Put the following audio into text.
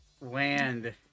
land